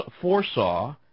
foresaw